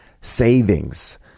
savings